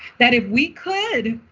that if we could,